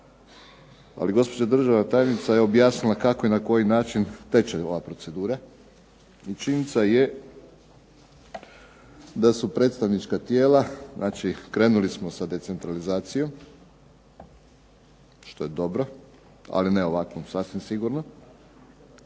ali gospođa državna tajnica je objasnila kako i na koji način teče ova procedura. Činjenica je da su predstavnička tijela, znači krenuli smo sa decentralizacijom što je dobro, ali ne ovako sasvim sigurno.